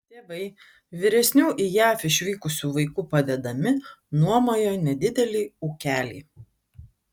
tėvai vyresnių į jav išvykusių vaikų padedami nuomojo nedidelį ūkelį